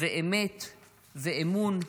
ואמת ואמון".